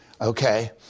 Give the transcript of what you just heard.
okay